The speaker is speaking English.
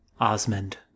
Osmond